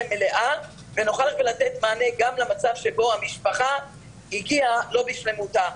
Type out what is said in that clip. מלאה ונוכל לתת מענה גם למצב שבו המשפחה הגיעה לא בשלמותה.